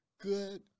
good